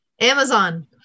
Amazon